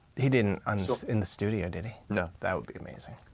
he didn't and in the studio did he? no. that would be amazing.